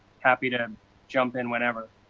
happy to jump in whenever.